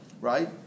right